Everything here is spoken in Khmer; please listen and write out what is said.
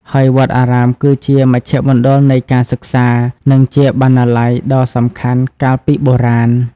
ហើយវត្តអារាមគឺជាមជ្ឈមណ្ឌលនៃការសិក្សា និងជាបណ្ណាល័យដ៏សំខាន់កាលពីបុរាណ។